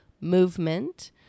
movement